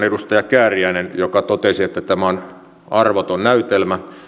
edustaja kääriäinen joka totesi että tämä on arvoton näytelmä